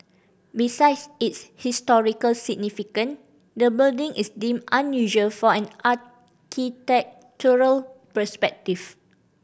besides its historical significance the building is deemed unusual from an architectural perspective